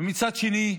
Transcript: ומצד שני,